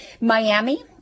Miami